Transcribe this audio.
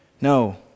No